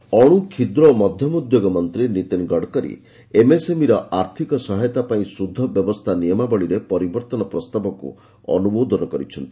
ଗଡ଼କରୀ ଅଣୁ କ୍ଷୁଦ୍ର ଓ ମଧ୍ୟମ ଉଦ୍ୟୋଗ ମନ୍ତ୍ରୀ ନୀତିନ ଗଡ଼କରୀ ଏମ୍ଏସ୍ଏମ୍ଇର ଆର୍ଥିକ ସହାୟତା ପାଇଁ ସ୍ୱେଧ ବ୍ୟବସ୍ଥା ନିୟମାବଳୀରେ ପରିବର୍ତ୍ତନ ପ୍ରସ୍ତାବକୁ ଅନୁମୋଦନ କରିଛନ୍ତି